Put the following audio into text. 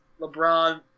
LeBron